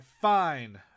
fine